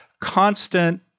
constant